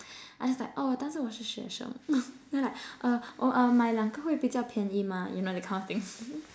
I just like oh 但是我是学生 then like uh oh uh 买两个会比较便宜吗 you know that kind of thing